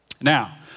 Now